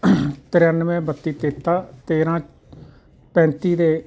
ਤਰਿਆਨਮੇ ਬੱਤੀ ਤੇਤਾ ਤੇਰਾਂ ਪੈਂਤੀ ਦੇ